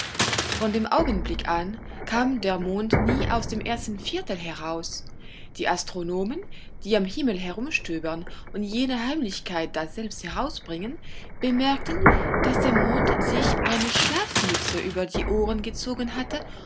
von dem augenblick an kam der mond nie aus dem ersten viertel heraus die astronomen die am himmel herumstöbern und jede heimlichkeit daselbst herausbringen bemerkten daß der mond sich eine schlafmütze über die ohren gezogen hatte